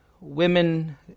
Women